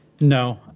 No